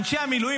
אנשי המילואים,